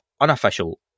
Unofficial